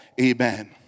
Amen